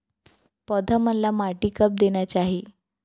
पौधा मन ला माटी कब देना चाही?